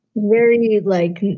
wearing any leg?